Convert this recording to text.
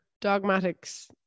dogmatics